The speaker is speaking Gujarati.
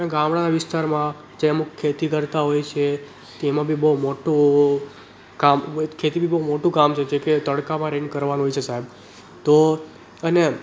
અને ગામડાના વિસ્તારમાં જેમ ખેતી કરતા હોય છે તેમાં બી બહુ મોટું કામ બહુ ખેતી બહુ મોટું કામ છે જે કે તડકામાં રહીને કરવાનું હોય છે સાહેબ તો અને